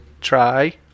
try